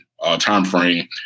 timeframe